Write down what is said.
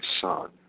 son